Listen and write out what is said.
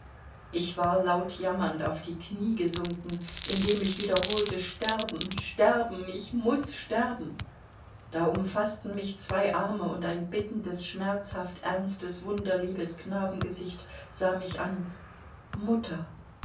ich war laut jammernd auf die knie gesunken indem ich wiederholte sterben sterben ich muß sterben da umfaßten mich zwei arme und ein bittendes schmerzhaft ernstes wunderliebes knabengesicht sah mich an mutter